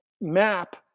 map